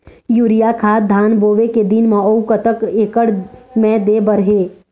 Urea खाद धान बोवे के दिन म अऊ कतक एकड़ मे दे बर हे?